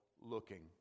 looking